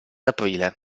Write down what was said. aprile